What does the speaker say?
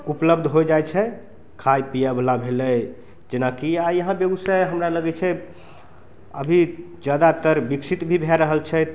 उपलब्ध होइ जाइ छै खाय पीयऽ वला भेलै जेनाकि आइ यहाँ हमरा बेगूसराय लगै छै अभी जादातर बिकसित भी भए रहल छै